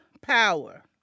Power